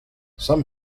some